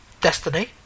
Destiny